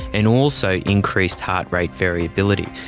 and also increased heart rate variability.